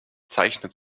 zeichnet